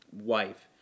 wife